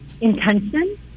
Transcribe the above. intention